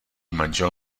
manžel